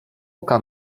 oka